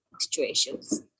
situations